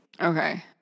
Okay